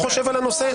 חודשיים.